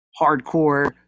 hardcore